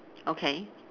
okay